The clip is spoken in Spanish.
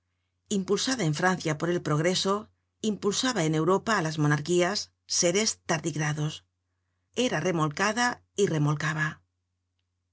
impulsada en francia por el progre so impulsaba en europa á las monarquías seres tardigrados era remolcada y remolcaba